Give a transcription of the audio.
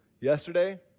Yesterday